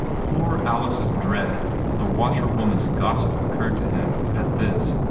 poor alice's dread of the washerwoman's gossip occurred to him, at this,